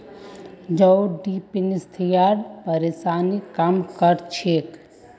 जौ डिप्थिरियार परेशानीक कम कर छेक